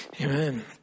Amen